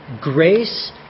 Grace